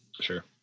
Sure